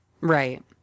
Right